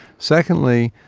secondly,